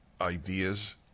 ideas